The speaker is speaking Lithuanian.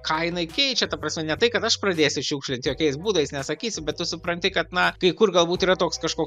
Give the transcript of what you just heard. ką jinai keičia ta prasme ne tai kad aš pradėsiu šiukšlint jokiais būdais nesakysiu bet tu supranti kad na kai kur galbūt yra toks kažkoks